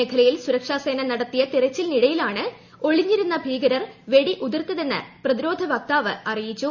മേഖലയിൽ സുരക്ഷാസേന നടത്തിയ തിരച്ചിലിനിടെയാണ് ഒളിഞ്ഞിരുന്ന ഭീകരർ വെടിയുതിർത്തതെന്ന് പ്രതിരോധ വക്താവ് അറിയിച്ചു